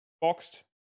boxed